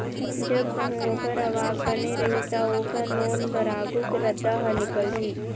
जब कहूँ ओखर आवक बने रही त, ओखर लोन बर आघु के रद्दा ह निकलही